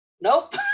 Nope